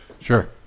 Sure